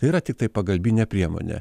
tai yra tiktai pagalbinė priemonė